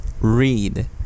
read